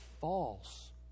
false